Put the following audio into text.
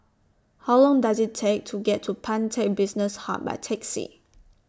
How Long Does IT Take to get to Pantech Business Hub By Taxi